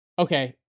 okay